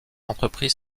entrepris